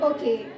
Okay